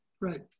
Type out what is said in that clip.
Right